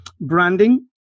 branding